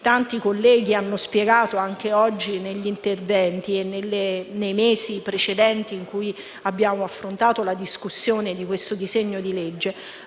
tanti colleghi hanno spiegato anche oggi, nei loro interventi, e nei mesi precedenti, in cui abbiamo affrontato la discussione di questo disegno di legge),